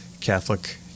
Catholic